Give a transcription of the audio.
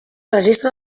registre